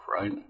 right